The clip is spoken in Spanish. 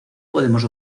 podemos